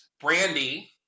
Brandy